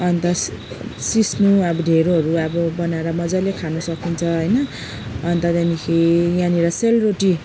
अन्त सि सिस्नु अब ढिँडोहरू अब बनाएर मजाले खानु सकिन्छ होइन अन्त त्यहाँदेखि यहाँनिर सेल रोटी